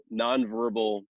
nonverbal